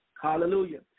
Hallelujah